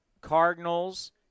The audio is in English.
Cardinals